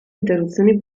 interruzioni